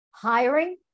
Hiring